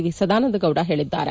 V Sadananda Gowda ಹೇಳಿದ್ದಾರೆ